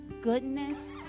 goodness